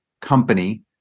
company